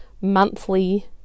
monthly